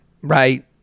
right